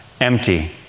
Empty